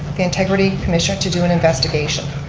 the integrity commissioner to do an investigation.